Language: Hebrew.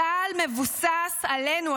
צה"ל מבוסס עלינו,